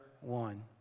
one